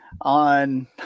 on